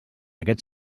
aquest